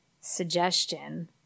suggestion